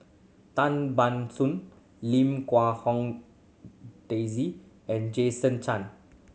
Tan Ban Soon Lim Quee Hong Daisy and Jason Chan